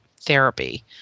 therapy